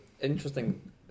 interesting